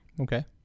Okay